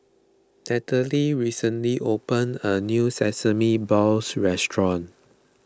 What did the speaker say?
recently opened a new Sesame Balls restaurant